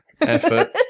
effort